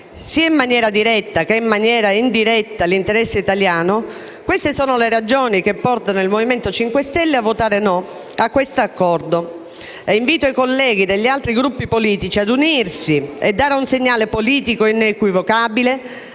in maniera sia diretta che indiretta l'interesse italiano sono le ragioni che portano il Movimento 5 Stelle a votare contro questo Accordo e invito i colleghi degli altri Gruppi politici a unirsi e dare un segnale politico inequivocabile